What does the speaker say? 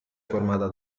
formata